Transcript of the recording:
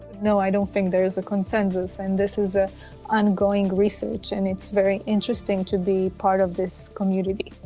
no, i don't think there is a consensus and this is an ah ongoing research and it's very interesting to be part of this community.